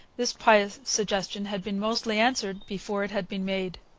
this pious suggestion had been mostly answered before it had been made.